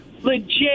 legit